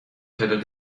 تعداد